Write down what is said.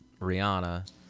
Rihanna